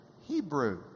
Hebrew